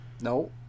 No